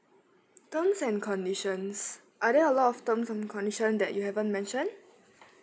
terms and conditions are there a lot of terms and condition that you haven't mentioned